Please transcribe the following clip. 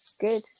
Good